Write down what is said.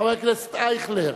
חבר הכנסת אייכלר,